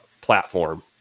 platform